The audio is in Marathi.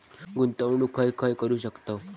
गुंतवणूक खय खय करू शकतव?